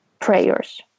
prayers